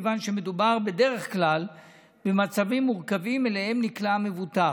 כיוון שמדובר בדרך כלל במצבים מורכבים שאליהם נקלע המבוטח,